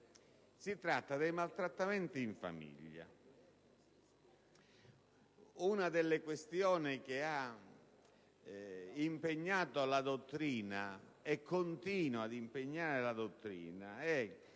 riferimento ai maltrattamenti in famiglia. Una delle questioni che ha impegnato e continua ad impegnare la dottrina è